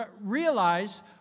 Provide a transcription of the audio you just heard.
realize